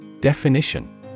Definition